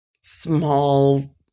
small